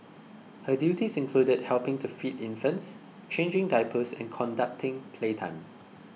her duties included helping to feed infants changing diapers and conducting playtime